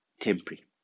temporary